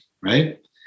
Right